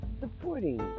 supporting